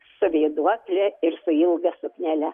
su vėduokle ir su ilga suknele